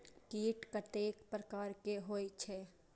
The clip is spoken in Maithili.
कीट कतेक प्रकार के होई छै?